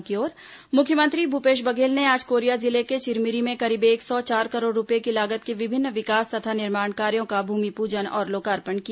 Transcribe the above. मुख्यमंत्री कोरिया सूरजपुर मुख्यमंत्री भूपेश बघेल ने आज कोरिया जिले के चिरमिरी में करीब एक सौ चार करोड़ रूपये की लागत के विभिन्न विकास तथा निर्माण कार्यों का भूमिपूजन और लोकार्पण किया